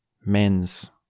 men's